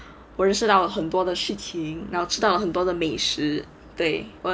我认识到了很多的事情也吃到很多的美食对我很开心